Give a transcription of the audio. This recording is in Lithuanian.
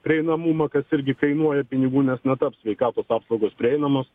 prieinamumą kas irgi kainuoja pinigų nes netaps sveikatos apsaugos prieinamos